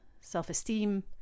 self-esteem